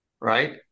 Right